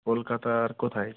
কলকাতার কোথায়